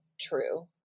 true